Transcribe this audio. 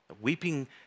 Weeping